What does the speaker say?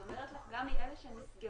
היא אומרת לך שגם מאלה שנסגרו,